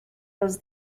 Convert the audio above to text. was